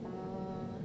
err